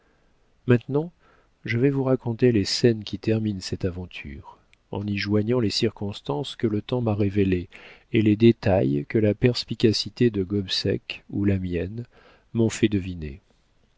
maintenant je vais vous raconter les scènes qui terminent cette aventure en y joignant les circonstances que le temps m'a révélées et les détails que la perspicacité de gobseck ou la mienne m'ont fait deviner